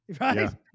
right